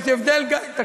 יש הבדל, מה זה תיאורטי?